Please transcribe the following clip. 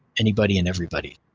anybody and everybody